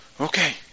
Okay